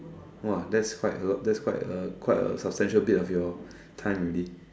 that's quite a lot that's quite a quite a substantial bit of your time already